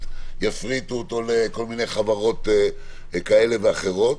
יפריטו לכל מיני חברות כאלה ואחרות.